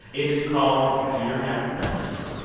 it is called dear madam president.